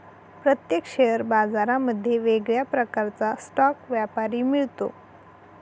प्रत्येक शेअर बाजारांमध्ये वेगळ्या प्रकारचा स्टॉक व्यापारी मिळतो